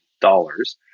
dollars